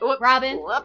Robin